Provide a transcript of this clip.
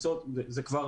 זה כבר